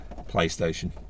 PlayStation